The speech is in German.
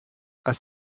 als